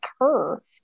occur